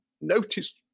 notice